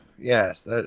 Yes